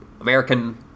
American